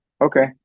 okay